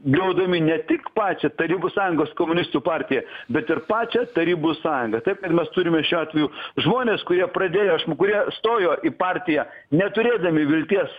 griaudami ne tik pačią tarybų sąjungos komunistų partiją bet ir pačią tarybų sąjungą taip kad mes turime šiuo atveju žmones kurie pradėjo kurie stojo į partiją neturėdami vilties